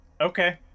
Okay